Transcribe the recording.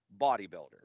bodybuilder